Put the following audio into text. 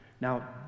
Now